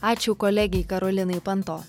ačiū kolegei karolinai panto